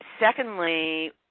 secondly